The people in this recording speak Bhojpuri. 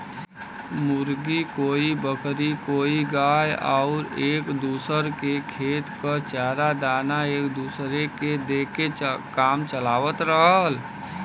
मुर्गी, कोई बकरी कोई गाय आउर एक दूसर के खेत क चारा दाना एक दूसर के दे के काम चलावत रहल